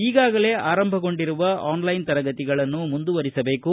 ಈಗಾಗಲೇ ಆರಂಭಗೊಂಡಿರುವ ಆನ್ಲೈನ್ ತರಗತಿಗಳನ್ನು ಮುಂದುವರಿಸಬೇಕು